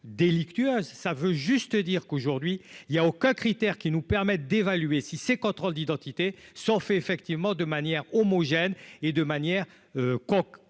délictueuses ça veut juste dire qu'aujourd'hui il y a aucun critère qui nous permettent d'évaluer si ces contrôles d'identité sont fait effectivement de manière homogène et de manière concrètement